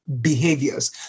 behaviors